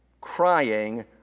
crying